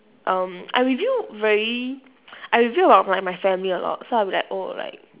um I reveal very I reveal about my my family a lot so I'll be like oh like